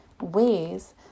ways